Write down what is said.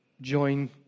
join